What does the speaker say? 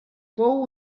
fou